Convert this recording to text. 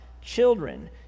children